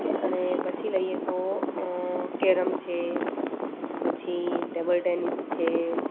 okay અને પછી લઈએ તો કેરમ છે પછી ટેબલ ટેનિસ છે